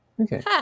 Okay